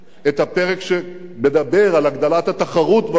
את הפרק שמדבר על הגדלת התחרות במשק,